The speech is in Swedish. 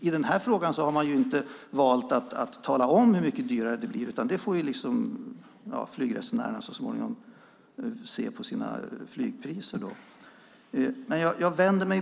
I den nu aktuella frågan har man valt att inte att tala om hur mycket dyrare det blir, utan det får flygresenärerna så småningom se på biljettpriset.